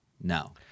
no